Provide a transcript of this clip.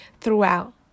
throughout